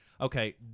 okay